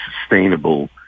sustainable